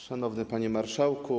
Szanowny Panie Marszałku!